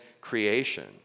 creation